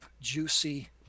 juicy